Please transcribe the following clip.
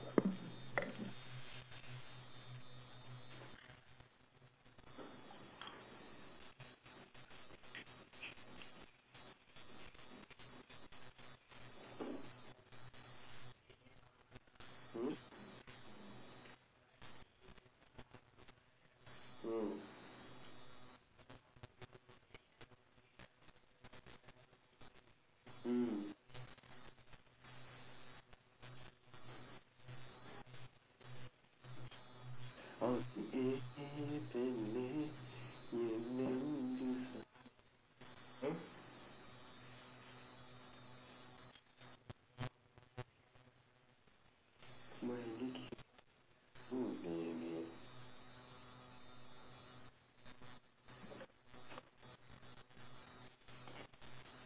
!huh! !huh! hmm mm I want to sing eh பெண்ணே என் நெஞ்சில் சாய்ந்து:pennee en nenjsil saaindthu !huh! மயங்கி கிடந்து நான் போனேனே:mayangki kidandthu naan pooneenee